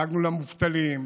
דאגנו למובטלים,